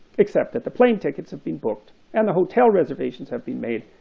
except that the plane tickets have been booked and the hotel reservations have been made,